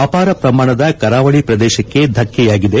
ಅಪಾರ ಪ್ರಮಾಣದ ಕರಾವಳಿ ಪ್ರದೇಶಕ್ಕೆ ಧಕ್ಕೆಯಾಗಿದೆ